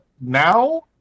now